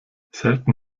selten